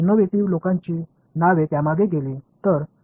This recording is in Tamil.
எனவே புதுமையான நபர்களின் பெயர்கள் அதன் பின்னால் சென்றன